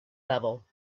level